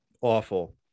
Awful